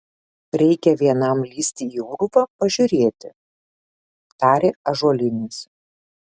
reikia vienam lįsti į urvą pažiūrėti tarė ąžuolinis